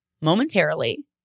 momentarily